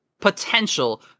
potential